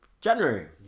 January